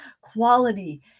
Quality